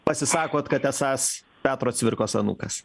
pasisakot kad esąs petro cvirkos anūkas